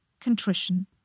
contrition